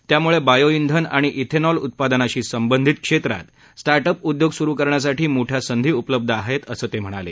त्यामुळे bio bran आणि bran oil उत्पादनाशी संबंधित क्षेत्रात स्टार्ट अप्स उद्योग सुरू करण्यासाठी मोठ्या संधी उपलब्ध आहेत असं ते म्हणाले